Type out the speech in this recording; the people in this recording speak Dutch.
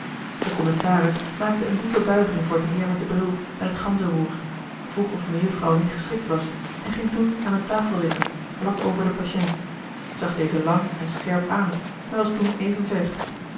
de commissaris maakte eene diepe buiging voor den heer met den bril en het ganzenroer vroeg of mejufvrouw niet geschrikt was en ging toen aan eene tafel zitten vlak over den patient zag dezen lang en scherp aan en was toen even ver